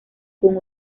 con